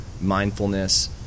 mindfulness